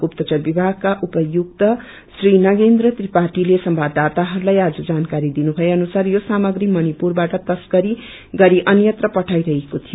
गुप्तचर विभागका उपायुक्त श्री नरेन्द्र त्रिपाठीले संवाददाताहस्लाई आज जानकारी दिनुभए अनुसार यो सामग्री मणिपुरबाट तश्करी गरि अन्यंत्र पठाई रहेको थियो